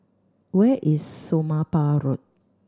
where is Somapah Road